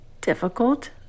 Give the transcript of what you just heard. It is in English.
difficult